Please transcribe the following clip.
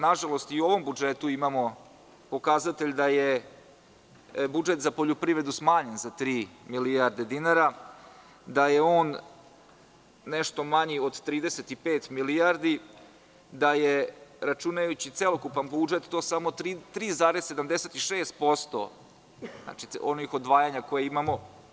Nažalost, i u ovom budžetu imamo pokazatelj da je budžet za poljoprivredu smanjen za tri milijardi dinara, da je on nešto manji od 35 milijardi, da je, računajući celokupan budžet, to samo 3,76% odvajanja kojih imamo.